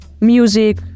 music